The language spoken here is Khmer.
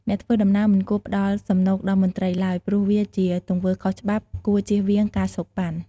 អ្នកធ្វើដំណើរមិនគួរផ្តល់សំណូកដល់មន្ត្រីឡើយ ព្រោះវាជាទង្វើខុសច្បាប់ គួរជៀសវាងការសូកប៉ាន់។